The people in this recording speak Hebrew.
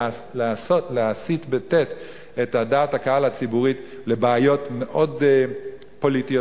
להסיט את דעת הקהל הציבורית לבעיות מאוד פוליטיות,